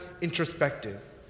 introspective